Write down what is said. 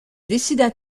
décida